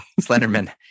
Slenderman